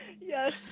Yes